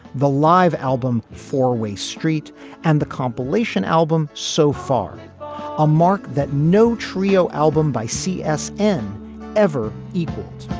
the live album four way street and the compilation album so far a mark that no trio album by c s. n ever equals.